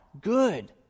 good